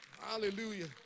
hallelujah